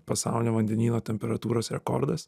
pasaulinio vandenyno temperatūros rekordas